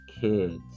kids